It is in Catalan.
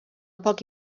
poc